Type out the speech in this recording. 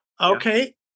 Okay